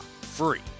free